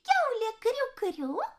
kiaulė kriu kriu